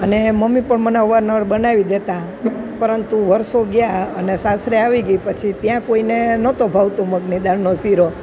અને મમ્મી પણ મને અવાર નવાર બનાવી દેતાં પરંતુ વર્ષો ગયાં અને સાસરે આવી ગઈ પછી ત્યાં કોઈને નહોતો ભાવતો મગની દાળનો શીરો